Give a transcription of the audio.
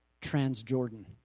Transjordan